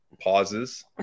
pauses